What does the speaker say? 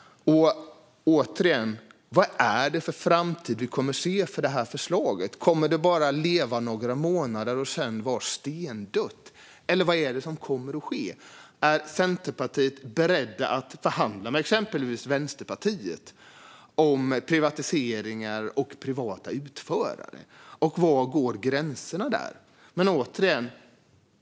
Återigen: Vad är det för framtid vi kommer att få se för det här förslaget? Kommer det bara att leva några månader och sedan vara stendött, eller vad är det som kommer att ske? Är Centerpartiet berett att förhandla med exempelvis Vänsterpartiet om privatiseringar och privata utförare? Och var går gränserna där? Fru talman!